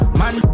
man